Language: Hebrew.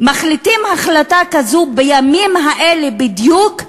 מחליטים החלטה כזאת בימים האלה בדיוק,